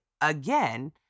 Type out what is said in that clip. again